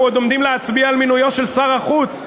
אנחנו עוד עומדים להצביע על מינויו של שר החוץ.